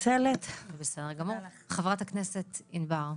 חברת הכנסת, ענבר.